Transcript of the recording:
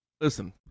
listen